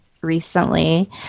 recently